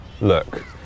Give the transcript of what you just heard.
look